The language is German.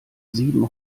sieben